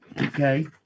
Okay